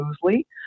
smoothly